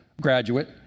graduate